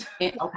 Okay